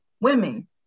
women